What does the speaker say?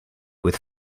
with